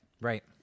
Right